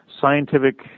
scientific